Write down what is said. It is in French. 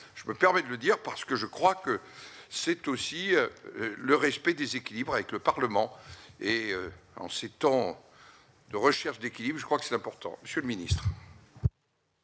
je me permets de le dire parce que je crois que c'est aussi le respect des équilibres avec le Parlement et en ces temps de recherche d'équilibre, je crois que c'est important, monsieur le ministre.